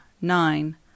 nine